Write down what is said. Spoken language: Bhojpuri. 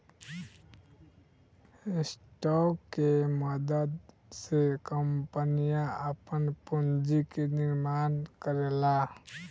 स्टॉक के मदद से कंपनियां आपन पूंजी के निर्माण करेला